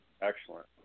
Excellent